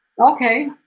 Okay